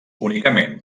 únicament